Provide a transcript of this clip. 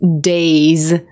days